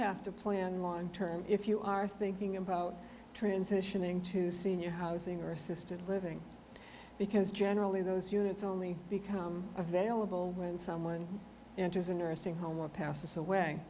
have to plan long term if you are thinking about transitioning to senior housing or assisted living because generally those units only become available when someone enters a nursing home or passes away